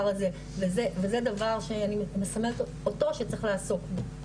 הזה וזה דבר שאני מסמנת אותו שצריך לעסוק בו,